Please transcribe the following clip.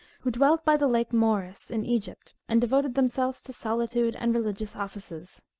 who dwelt by the lake moeris in egypt, and devoted themselves to solitude and religious offices.